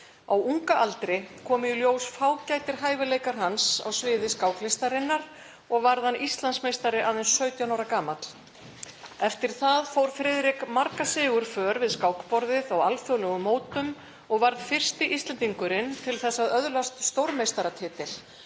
Á unga aldri komu í ljós fágætir hæfileikar hans á sviði skáklistarinnar og varð hann Íslandsmeistari aðeins 17 ára gamall. Eftir það fór Friðrik marga sigurför við skákborðið á alþjóðlegum mótum og varð fyrsti Íslendingurinn til að öðlast stórmeistaratitil